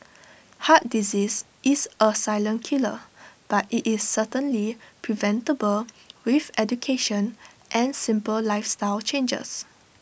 heart disease is A silent killer but IT is certainly preventable with education and simple lifestyle changes